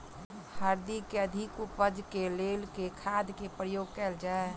हल्दी केँ अधिक उपज केँ लेल केँ खाद केँ प्रयोग कैल जाय?